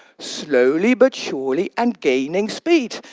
slowly but surely and gaining speed.